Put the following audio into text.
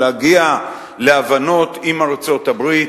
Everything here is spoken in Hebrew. להגיע להבנות עם ארצות-הברית.